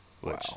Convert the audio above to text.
Wow